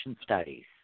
studies